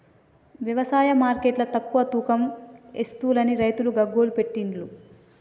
వ్యవసాయ మార్కెట్ల తక్కువ తూకం ఎస్తుంలని రైతులు గగ్గోలు పెట్టిన్లు